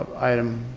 item?